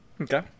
Okay